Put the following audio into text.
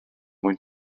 mwyn